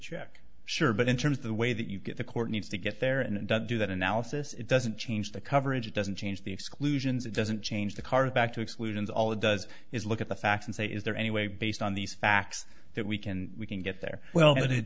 check sure but in terms of the way that you get the court needs to get there and do that analysis it doesn't change the coverage it doesn't change the exclusions it doesn't change the card back to exclusions all it does is look at the facts and say is there any way based on these facts that we can we can get there well